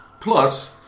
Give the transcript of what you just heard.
Plus